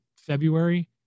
February